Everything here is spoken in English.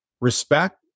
respect